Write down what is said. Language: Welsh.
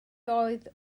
oedd